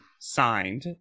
signed